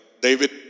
David